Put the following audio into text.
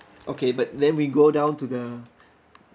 okay but then we go down to the